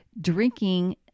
drinking